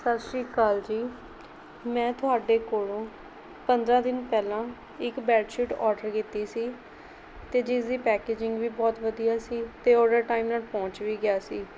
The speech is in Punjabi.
ਸਤਿ ਸ਼੍ਰੀ ਅਕਾਲ ਜੀ ਮੈਂ ਤੁਹਾਡੇ ਕੋਲੋਂ ਪੰਦਰ੍ਹਾਂ ਦਿਨ ਪਹਿਲਾਂ ਇੱਕ ਬੈਡਸ਼ੀਟ ਔਡਰ ਕੀਤੀ ਸੀ ਅਤੇ ਜਿਸਦੀ ਪੈਕੇਜਿੰਗ ਵੀ ਬਹੁਤ ਵਧੀਆ ਸੀ ਅਤੇ ਔਡਰ ਟਾਈਮ ਨਾਲ ਪਹੁੰਚ ਵੀ ਗਿਆ ਸੀ